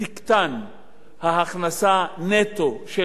ההכנסה נטו של אותה משפחה,